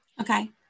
Okay